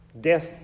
Death